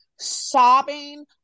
sobbing